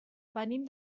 venim